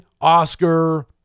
Oscar